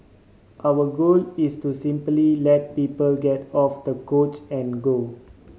our goal is to simply let people get off the couch and go